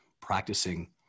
practicing